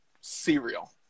cereal